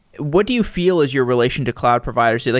what do you feel is your relation to cloud providers? like